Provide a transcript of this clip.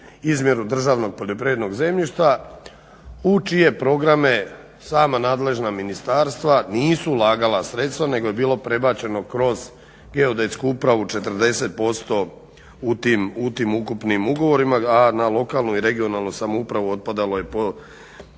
izmjeru državnog poljoprivrednog zemljišta u čije programe sama nadležna ministarstva nisu ulagala sredstva nego je bilo prebačeno kroz Geodetsku upravu 40% u tim ukupnim ugovorima. A na lokalnu i regionalnu samoupravu otpadalo je po